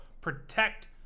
protect